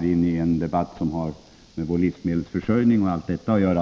till en debatt som har med livsmedelsförsörjningen och annat att göra.